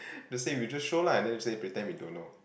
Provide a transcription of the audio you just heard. they said we just show lah and then you say pretend we don't know